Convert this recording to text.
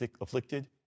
afflicted